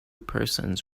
persons